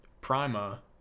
Prima